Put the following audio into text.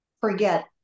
forget